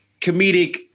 comedic